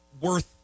worth